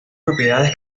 propiedades